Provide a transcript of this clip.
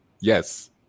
yes